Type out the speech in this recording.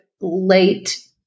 late